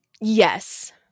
Yes